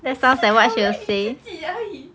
你只是考虑你自己而已